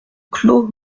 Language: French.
clos